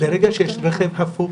ברגע שיש רכב הפוך